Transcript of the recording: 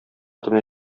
төбенә